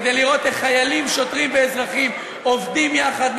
כדי לראות איך חיילים ושוטרים ואזרחים עובדים יחד,